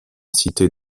cités